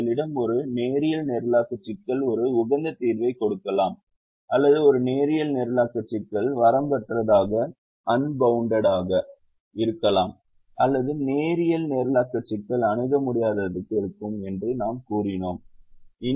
எங்களிடம் ஒரு நேரியல் நிரலாக்க சிக்கல் ஒரு உகந்த தீர்வைக் கொடுக்கலாம் அல்லது ஒரு நேரியல் நிரலாக்க சிக்கல் வரம்பற்றதாக அம்பவுண்டட்'ஆக இருக்கலாம் அல்லது நேரியல் நிரலாக்க சிக்கல் அணுக முடியாததாக இருக்கும் என்று நாம் கூறினோம்